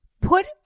put